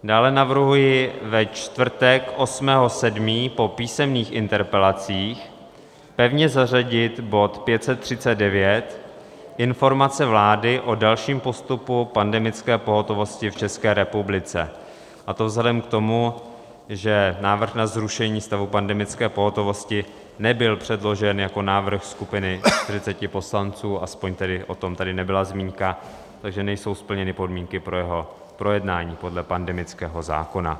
Dále navrhuji ve čtvrtek 8. 7. po písemných interpelacích pevně zařadit bod 539, Informace vlády o dalším postupu pandemické pohotovosti v České republice, a to vzhledem k tomu, že návrh na zrušení stavu pandemické pohotovosti nebyl předložen jako návrh skupiny 40 poslanců, aspoň tady o tom nebyla zmínka, takže nejsou splněny podmínky pro jeho projednání podle pandemického zákona.